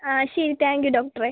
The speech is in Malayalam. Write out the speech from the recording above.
അ ശരി താങ്ക്യൂ ഡോക്ടറേ